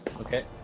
Okay